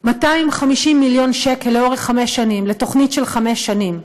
250 מיליון שקל לחמש שנים, לתוכנית של חמש שנים.